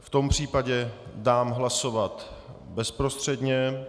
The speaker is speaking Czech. V tom případě dám hlasovat bezprostředně.